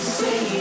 say